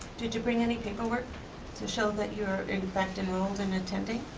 did you bring any paperwork to show that you are in fact enrolled and attending?